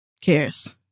cares